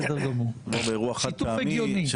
שיתוף הגיוני.